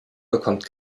bekommt